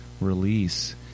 release